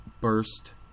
burst